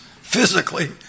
physically